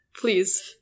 Please